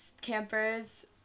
campers